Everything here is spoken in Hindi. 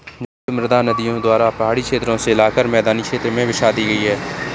जलोढ़ मृदा नदियों द्वारा पहाड़ी क्षेत्रो से लाकर मैदानी क्षेत्र में बिछा दी गयी है